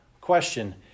question